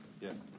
Yes